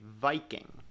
Viking